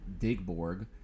Digborg